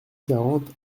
quarante